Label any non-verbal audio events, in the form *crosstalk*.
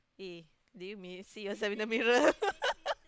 eh did you mi~ see yourself in the mirror *laughs*